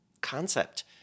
concept